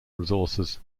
resources